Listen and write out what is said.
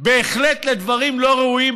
בהחלט לדברים לא ראויים,